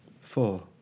Four